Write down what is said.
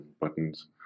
buttons